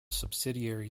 subsidiary